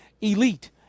elite